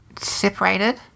separated